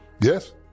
Yes